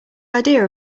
idea